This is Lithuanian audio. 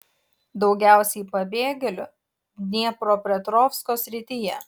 daugiausiai pabėgėlių dniepropetrovsko srityje